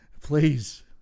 Please